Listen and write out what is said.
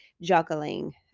juggling